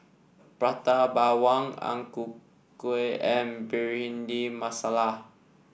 Prata Bawang Ang Ku Kueh and Bhindi Masala